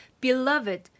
Beloved